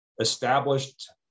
established